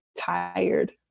tired